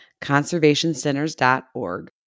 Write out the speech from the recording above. conservationcenters.org